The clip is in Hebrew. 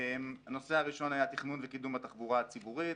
הנושא הראשון היה תכנון וקידום התחבורה הציבורית,